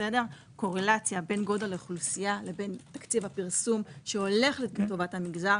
קורלציה בין גודל האוכלוסייה לתקציב הפרסום שהולך לטובת המגזר